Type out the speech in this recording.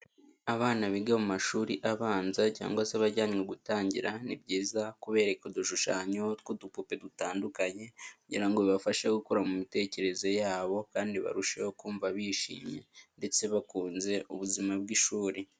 Abana biga mu mashuri abanza cyangwa se bajyanywe gutangira, ni byiza kubereka udushushanyo tw'udupupe dutandukanye kugira ngo bibafashe gukura mu mitekerereze yabo kandi barusheho kumva bishimye ndetse bakunze ubuzima bw'ishuri.